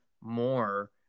more